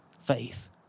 Faith